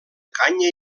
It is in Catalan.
canya